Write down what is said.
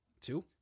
two